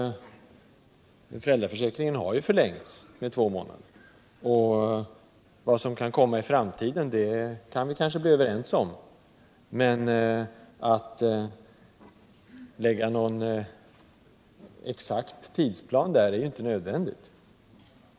Föräldra försäkringen har nu förlängts med två månader. och vad vi skall besluta om i framtiden kan vi kanske bli överens om. Att lägga fast någon exakt tidsplan är inte nödvändigt.